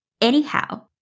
anyhow